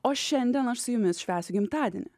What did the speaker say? o šiandien aš su jumis švęsiu gimtadienį